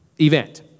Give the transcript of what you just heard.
event